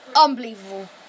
unbelievable